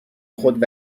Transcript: خود